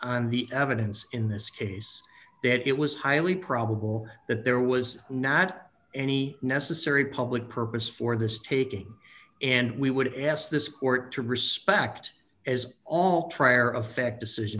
on the evidence in this case that it was highly probable that there was not any necessary public purpose for this taking and we would ask this court to respect as all trier of fact decision